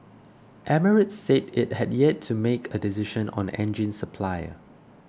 emirates said it had yet to make a decision on engine supplier